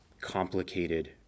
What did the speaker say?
complicated